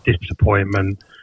disappointment